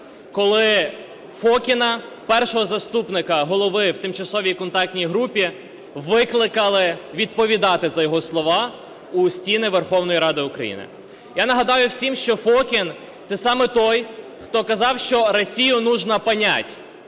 коли Фокіна, першого заступника голови в Тристоронній контактній групі, викликали відповідати за його слова в стіни Верховної Ради України. Я нагадаю всім, що Фокін – це саме той, хто казав, що "Россию нужно понять".